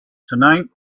tonight